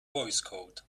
voicecode